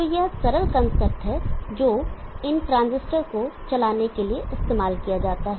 तो यह सरल कांसेप्ट है जो इन ट्रांजिस्टर को चलाने के लिए इस्तेमाल किया जाता है